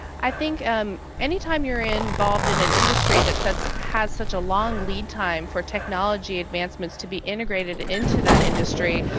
i think um anytime you're involved in an industry that has such a long lead time for technology advancements to be integrated into that industry,